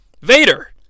Vader